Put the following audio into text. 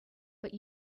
but